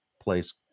place